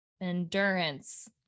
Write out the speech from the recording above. endurance